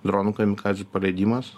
dronų kamikadzių paleidimas